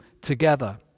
together